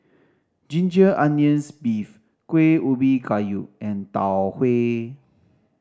ginger onions beef Kueh Ubi Kayu and Tau Huay